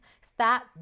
Stop